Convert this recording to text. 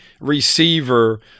receiver